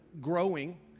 growing